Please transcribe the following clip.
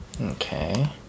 Okay